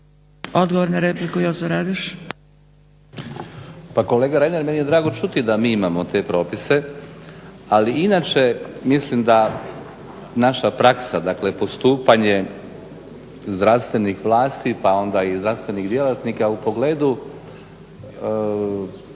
Radoš. **Radoš, Jozo (HNS)** pa kolega Reiner meni je drago čuti da mi imamo te propise ali inače mislim da naša praksa dakle postupanje zdravstvenih vlasti pa onda i zdravstvenih djelatnika u pogledu